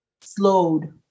slowed